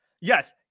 yes